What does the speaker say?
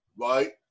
right